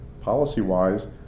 policy-wise